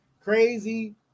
crazy